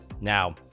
Now